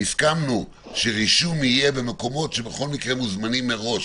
הסכמנו שרישום יהיה במקומות שבכל מקרה מוזמנים מראש,